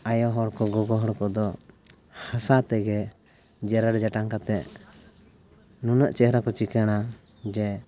ᱟᱭᱳ ᱦᱚᱲᱠᱚ ᱜᱚᱜᱚ ᱦᱚᱲ ᱠᱚᱫᱚ ᱦᱟᱥᱟ ᱛᱮᱜᱮ ᱡᱮᱨᱮᱲ ᱡᱟᱴᱟᱝ ᱠᱟᱛᱮᱫ ᱱᱩᱱᱟᱹᱜ ᱪᱮᱦᱨᱟᱠᱚ ᱪᱤᱠᱟᱹᱬᱟ ᱡᱮ